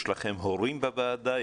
יש לכם הורים בוועדה?